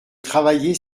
travailler